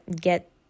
get